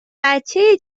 بچه